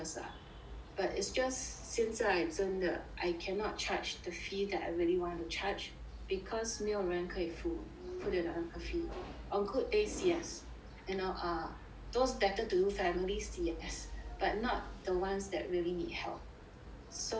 but it's just 现在真的 I cannot charge the fee that I really want to charge because 没有人可以付付得了那个 fee on good days yes you know err those better to do families yes but not the ones that really need help so